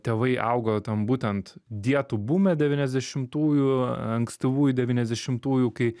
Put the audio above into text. tėvai augo ten būtent dietų bume devyniasdešimtųjų ankstyvųjų devyniasdešimtųjų kai